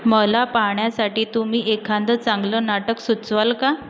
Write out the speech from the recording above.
मला पाहण्यासाटी तुम्ही एखादं चांगलं नाटक सुचवाल का